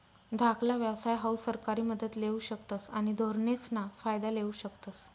धाकला व्यवसाय हाऊ सरकारी मदत लेवू शकतस आणि धोरणेसना फायदा लेवू शकतस